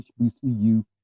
HBCU